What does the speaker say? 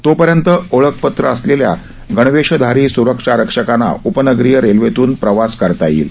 तोपर्यंत ओळखपत्र असलेल्या गणवेषधारी सुरक्षारक्षकांना उपनगरीय रेल्वेतून प्रवास करता येईल